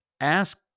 ask